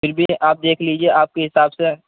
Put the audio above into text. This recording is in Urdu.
پھر بھی آپ دیکھ لیجیے آپ کے حساب سے